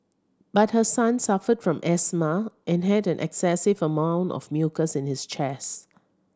but her son suffered from asthma and had an excessive amount of mucus in his chest